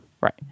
Right